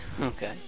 Okay